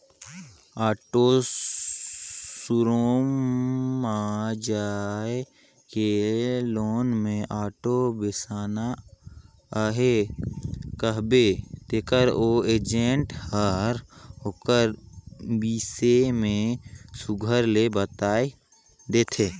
auto showroom म जाए के लोन में आॅटो बेसाना अहे कहबे तेकर ओ एजेंट हर ओकर बिसे में सुग्घर ले बताए देथे